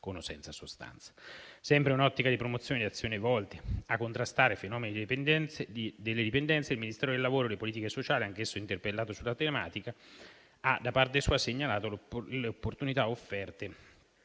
con o senza sostanza. Sempre in un'ottica di promozione di azioni volte a contrastare i fenomeni delle dipendenze, il Ministero del lavoro e delle politiche sociali, anch'esso interpellato sulla tematica, ha da parte sua segnalato le opportunità offerte